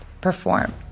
perform